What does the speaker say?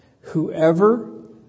Whoever